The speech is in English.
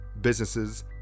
businesses